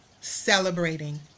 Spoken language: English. celebrating